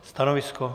Stanovisko?